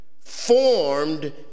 formed